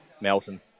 Melton